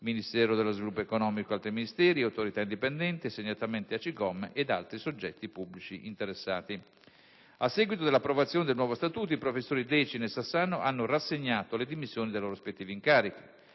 Ministero dello sviluppo economico e altri Ministeri, Autorità indipendenti (segnatamente AGCOM), ed altri soggetti pubblici interessati. A seguito dell'approvazione del nuovo Statuto i professori Decina e Sassano hanno rassegnato le dimissioni dai lori rispettivi incarichi.